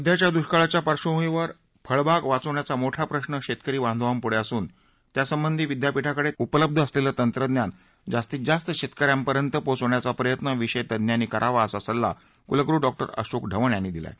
सद्याच्या दुष्काळाच्या पार्श्वभूमीवर फळबाग वाचविण्याचा मोठा प्रश्न शेतकरी बांधवापुढे असून त्यासंबधी विद्यापीठाकडे उपलब्ध तंत्रज्ञान जास्तीत जास्त शेतक यांपर्यंत पोहोचविण्याचा प्रयत्न विषय तज्ञांनी करावा असा सल्ला कुलगुरू डॉ अशोक ढवण यांनी दिलाय